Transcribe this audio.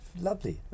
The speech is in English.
lovely